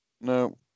No